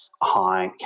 high